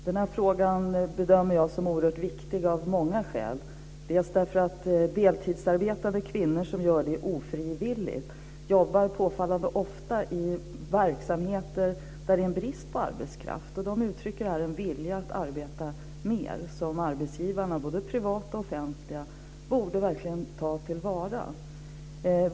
Fru talman! Jag bedömer den här frågan som oerhört viktig av många skäl. Kvinnor som ofrivilligt är deltidsarbetande jobbar påfallande ofta i verksamheter där det är brist på arbetskraft. De uttrycker en vilja att arbeta mer, vilket arbetsgivarna - både privata och offentliga - verkligen borde ta till vara.